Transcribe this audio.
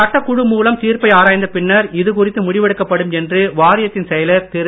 சட்டக் குழு மூலம் தீர்ப்பை ஆராய்ந்த பின்னர் இது குறித்து முடிவெடுக்கப்படும் என்று வாரியத்தின் செயலர் திரு